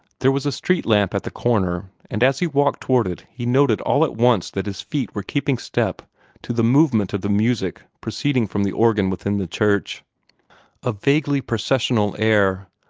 there was a street lamp at the corner, and as he walked toward it he noted all at once that his feet were keeping step to the movement of the music proceeding from the organ within the church a vaguely processional air,